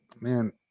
man